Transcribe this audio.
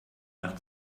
nach